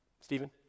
Stephen